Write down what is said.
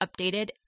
updated